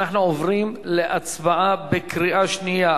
אנחנו עוברים להצבעה בקריאה שנייה.